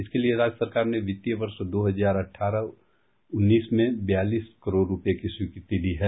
इसके लिए राज्य सरकार ने वित्तीय वर्ष दो हजार अठारह उन्नीस में बेयालीस करोड़ रूपये की स्वीकृति दी है